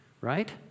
right